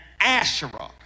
Asherah